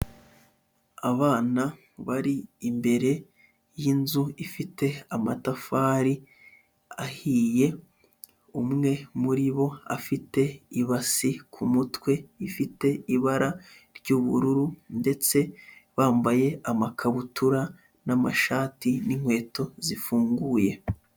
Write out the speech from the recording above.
Abana bari imbere y'inzu ifite amatafari ahiye, umwe muri bo afite ibasi ku mutwe ifite ibara ry'ubururu ndetse bambaye amakabutura n'amashati n'inkweto zifunguye.